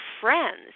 friends